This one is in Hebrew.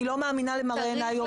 אני לא מאמינה למראה עיניי יום-יום.